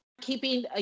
keeping